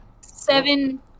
seven